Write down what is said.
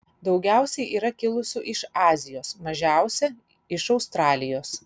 daugiausiai yra kilusių iš azijos mažiausia iš australijos